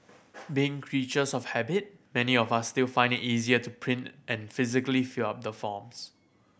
being creatures of habit many of us still find it easier to print and physically fill out the forms